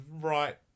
right